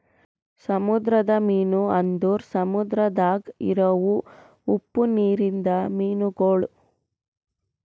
ಸಮುದ್ರದ ಮೀನು ಅಂದುರ್ ಸಮುದ್ರದಾಗ್ ಇರವು ಉಪ್ಪು ನೀರಿಂದ ಮೀನುಗೊಳ್